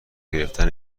گرفتن